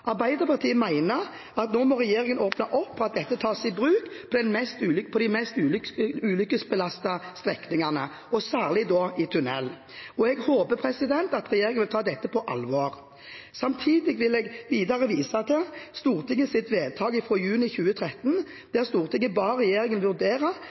Arbeiderpartiet mener at regjeringen nå må åpne opp for at dette tas i bruk på de mest ulykkesbelastede strekningene – og særlig i tunneler. Jeg håper at regjeringen vil ta dette på alvor. Samtidig vil jeg vise til Stortingets vedtak fra juni 2013, der Stortinget ba regjeringen vurdere